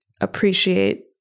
appreciate